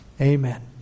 Amen